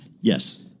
Yes